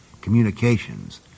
communications